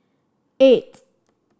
eight